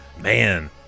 man